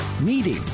meeting